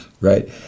right